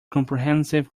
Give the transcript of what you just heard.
comprehensive